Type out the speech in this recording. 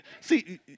see